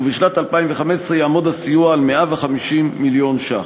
ובשנת 2015 יעמוד הסיוע על 150 מיליון ש"ח.